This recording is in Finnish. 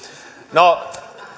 no